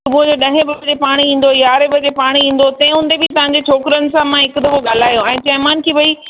सुबुह जो ॾहें बजे पाणी ईंदो यारहें बजे पाणी ईंदो तंहिं हूंदे बि तव्हांजे छोकिरनि सा मां हिकु दफ़ो ॻाल्हायो ऐं चयोमानि कि भई